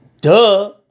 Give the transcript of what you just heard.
Duh